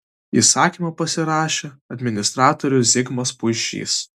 įsakymą pasirašė administratorius zigmas puišys